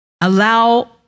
Allow